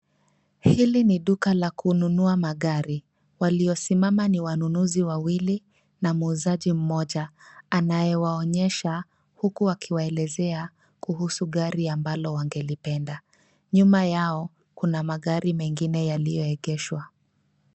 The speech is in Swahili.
Hili ni duka la kununua magari, waliosimama ni wanunuzi wawili, na muuzaji mmoja anayewaonyesha, huku wakiwaelezea kuhusu gari ambalo wangelipenda. Nyuma yao, kuna magari mengine yaliyoegeshwa.